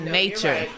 nature